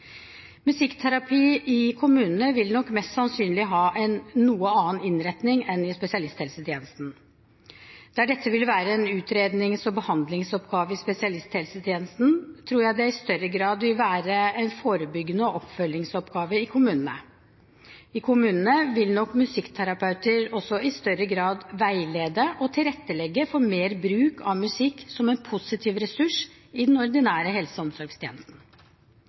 Musikkterapi i kommunene vil nok mest sannsynlig ha en noe annen innretning enn i spesialisthelsetjenesten. Der dette vil være en utrednings- og behandlingsoppgave i spesialisthelsetjenesten, tror jeg det i større grad vil være en forebyggende oppgave og en oppfølgingsoppgave i kommunene. I kommunene vil nok musikkterapeutene også i større grad veilede og tilrettelegge for mer bruk av musikk som en positiv ressurs i den ordinære helse- og omsorgstjenesten.